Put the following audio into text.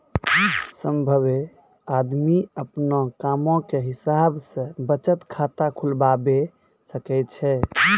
सभ्भे आदमी अपनो कामो के हिसाब से बचत खाता खुलबाबै सकै छै